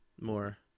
more